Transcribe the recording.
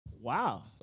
Wow